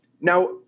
now